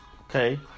Okay